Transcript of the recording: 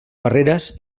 barreres